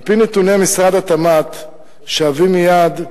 על-פי נתוני משרד התמ"ת שאביא מייד,